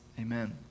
Amen